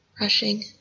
rushing